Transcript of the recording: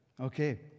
Okay